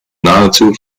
nahezu